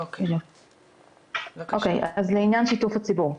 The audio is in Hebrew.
או-קיי אז לעניין שיתוף הציבור,